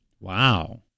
wow